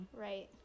right